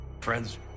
friends